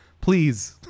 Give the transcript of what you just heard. please